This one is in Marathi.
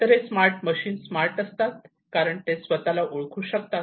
तर हे स्मार्ट मशीन स्मार्ट असतात कारण ते स्वतःला ओळखू शकतात